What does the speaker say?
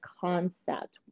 concept